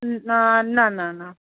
न न न न